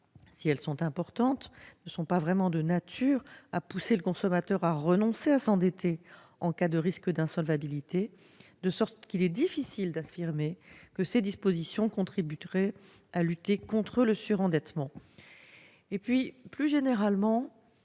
si elles sont importantes, ne sont pas vraiment de nature à pousser le consommateur à renoncer à s'endetter en cas de risque d'insolvabilité, de sorte qu'il est difficile d'affirmer que ces dispositions contribueraient à lutter contre le surendettement. Plus généralement,